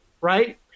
right